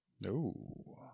No